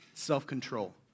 self-control